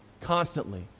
constantly